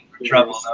Trouble